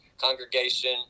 congregation